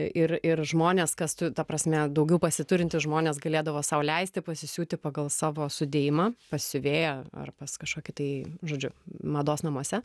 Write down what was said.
ir ir žmonės kas tu ta prasme daugiau pasiturintys žmonės galėdavo sau leisti pasisiūti pagal savo sudėjimą pas siuvėją ar pas kažkokį tai žodžiu mados namuose